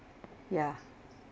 ya